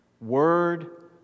Word